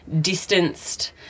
distanced